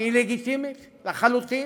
והיא לגיטימית לחלוטין,